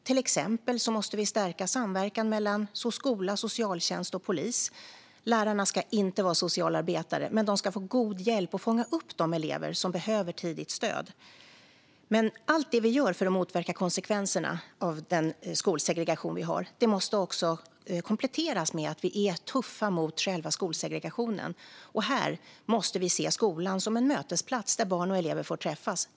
Till exempel måste vi stärka samverkan mellan skola, socialtjänst och polis. Lärarna ska inte vara socialarbetare, men de ska få god hjälp att fånga upp de elever som behöver tidigt stöd. Men allt det vi gör för att motverka konsekvenserna av skolsegregationen måste också kompletteras med att vi är tuffa mot själva skolsegregationen. Här måste vi se skolan som en mötesplats, där barn och elever får träffas.